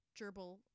gerbil